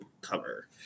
cover